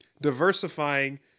diversifying